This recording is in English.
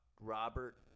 Robert